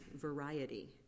variety